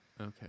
Okay